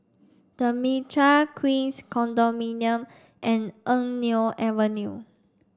the Mitraa Queens Condominium and Eng Neo Avenue